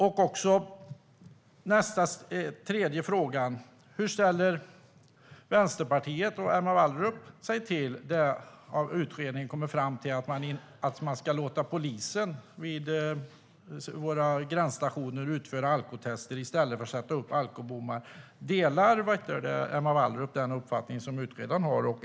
Det tredje jag vill fråga om är hur du och Vänsterpartiet ställer er till att utredningen kommer fram till att man ska låta polisen utföra alkotester vid våra gränsstationer i stället för att sätta upp alkobommar. Delar du den uppfattning utredaren har?